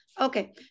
Okay